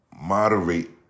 moderate